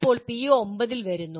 ഇപ്പോൾ PO9 വരുന്നു